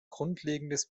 grundlegendes